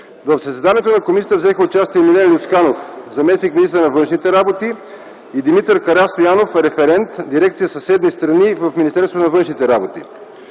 В заседанието на комисията взеха участие Милен Люцканов – заместник-министър на външните работи, и Димитър Карастоянов – референт, дирекция „Съседни страни” в Министерство на външните работи.